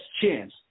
chance